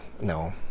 no